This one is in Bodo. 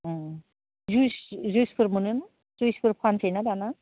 जुइस जुइसफोर मोनो ना जुइसफोर फानफैयोना दाना